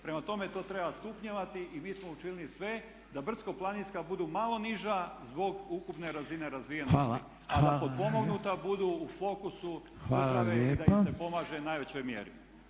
Prema tome, to treba stupnjevati i mi smo učinili sve da brdsko-planinska budu malo niža zbog ukupne razine razvijenosti, a potpomognuta budu u fokusu države i da im se pomaže u najvećoj mjeri.